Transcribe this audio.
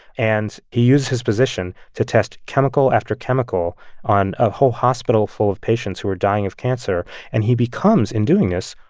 and he used his position to test chemical after chemical on a whole hospital full of patients who are dying of cancer. and he becomes, in doing this,